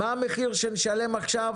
מה המחיר שנשלם עכשיו,